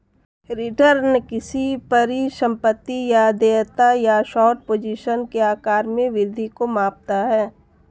return किसी परिसंपत्ति या देयता या शॉर्ट पोजीशन के आकार में वृद्धि को मापता है